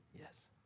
yes